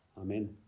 Amen